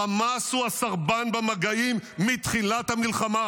חמאס הוא הסרבן במגעים מתחילת המלחמה.